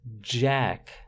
Jack